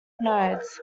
nodes